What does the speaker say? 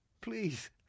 Please